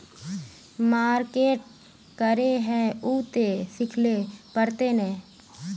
Market करे है उ ते सिखले पड़ते नय?